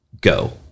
go